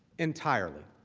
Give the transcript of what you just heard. entirely.